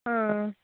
आं